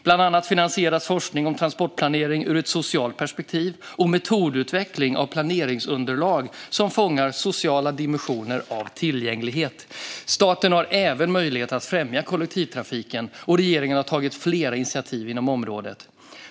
Bland annat finansieras forskning om transportplanering ur ett socialt perspektiv och metodutveckling av planeringsunderlag som fångar sociala dimensioner av tillgänglighet. Staten har även möjlighet att främja kollektivtrafiken, och regeringen har tagit flera initiativ inom området.